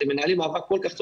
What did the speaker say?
אתם מנהלים מאבק כל כך צודק,